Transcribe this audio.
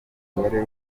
umubare